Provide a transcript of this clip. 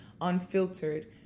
unfiltered